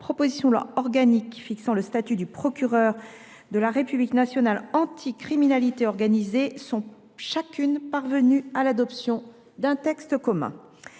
proposition de loi organique fixant le statut du procureur de la République national anticriminalité organisée, sont chacune parvenues à l’adoption d’un texte commun.